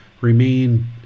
remain